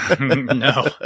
No